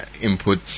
input